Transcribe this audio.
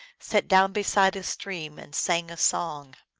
sat down beside a stream and sang a song